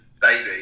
baby